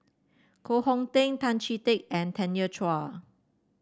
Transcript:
Koh Hong Teng Tan Chee Teck and Tanya Chua